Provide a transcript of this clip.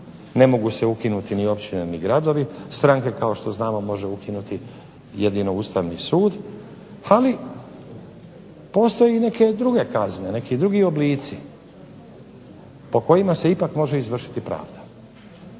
ne mogu se ukinuti ni općine, ni gradovi. Stranke kao što znamo može ukinuti jedino Ustavni sud, ali postoje neke druge kazne, neki drugi oblici po kojima se ipak može izvršiti pravda.